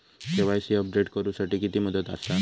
KYC update करू साठी किती मुदत आसा?